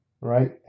Right